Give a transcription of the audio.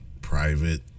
private